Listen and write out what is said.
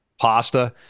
pasta